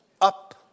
up